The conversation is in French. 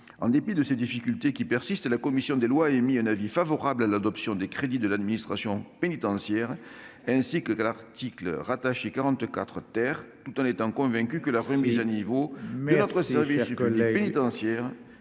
En dépit de ces difficultés qui persistent, la commission des lois a émis un avis favorable sur l'adoption des crédits de l'administration pénitentiaire, ainsi que sur l'article rattaché 44 , tout en étant convaincue de la nécessité de remettre à niveau de notre service public pénitentiaire.